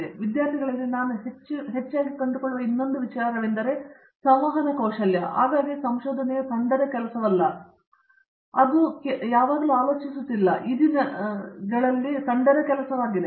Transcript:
ಮತ್ತು ನಮ್ಮ ವಿದ್ಯಾರ್ಥಿಗಳಲ್ಲಿ ನಾನು ಹೆಚ್ಚಾಗಿ ಕಂಡುಕೊಳ್ಳುವ ಇತರ ವಿಷಯವೆಂದರೆ ಈ ಸಂವಹನ ಕೌಶಲ್ಯವಾಗಿದೆ ಆಗಾಗ್ಗೆ ಸಂಶೋಧನೆಯು ತಂಡದ ಕೆಲಸವಲ್ಲ ಅದು ಯಾವಾಗಲೂ ಆಲೋಚಿಸುತ್ತಿಲ್ಲ ಅದು ಈ ದಿನಗಳಲ್ಲಿ ತಂಡದ ಕೆಲಸವಾಗಿದೆ